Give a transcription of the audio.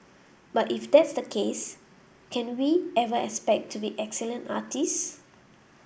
but if that is the case can we ever expect to be excellent artists